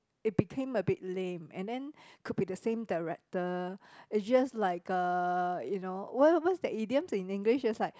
it became a bit lame and then could be the same director it's just like uh you know what what's that idioms in English just like